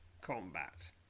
combat